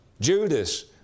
Judas